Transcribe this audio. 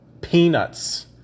peanuts